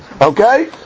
Okay